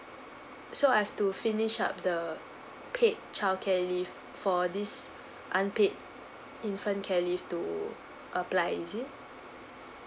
so I have to finish up the paid childcare leave for this unpaid infant care leave to apply is it